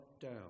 down